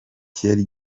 cyari